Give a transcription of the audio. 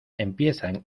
empiezan